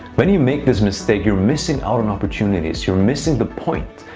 when you make this mistake, you're missing out on opportunities, you're missing the point,